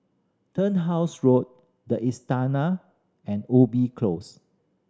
Turnhouse Road The Istana and Ubi Close